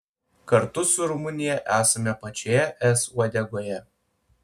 kartu su rumunija esame pačioje es uodegoje